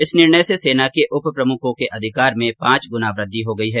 इस निर्णय से सेना के उप प्रमुखों के अधिकार में पांच गुना वृद्धि हो गई है